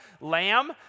lamb